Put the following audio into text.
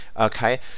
okay